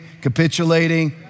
capitulating